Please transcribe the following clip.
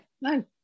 no